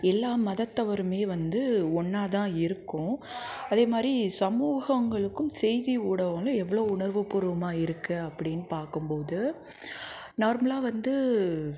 எல்லா மதத்தவருமே வந்து ஒன்றா தான் இருக்கோம் அதேமாதிரி சமூகங்களுக்கும் செய்தி ஊடகங்களும் எவ்வளோ உணர்வுப்பூர்வமாக இருக்குது அப்படின்னு பார்க்கும்போது நார்மலாக வந்து